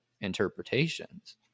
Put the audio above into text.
interpretations